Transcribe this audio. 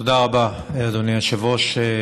תודה רבה, אדוני היושב-ראש.